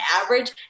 average